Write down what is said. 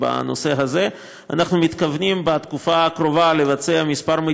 משרד התחבורה הוא זה שפרסם הנחיות